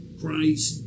Christ